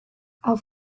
auf